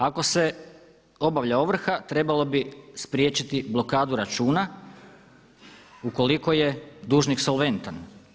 Ako se obavlja ovrha trebalo bi spriječiti blokadu računa ukoliko je dužnik solventan.